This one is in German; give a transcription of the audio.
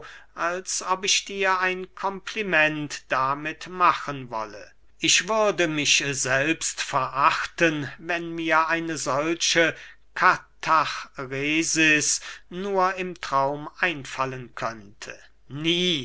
als ob ich dir ein kompliment damit machen wolle ich würde mich selbst verachten wenn mir eine solche katachresis nur im traum einfallen könnte nie